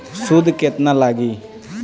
सूद केतना लागी?